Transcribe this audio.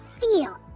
feel